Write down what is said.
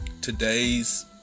Today's